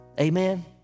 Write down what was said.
Amen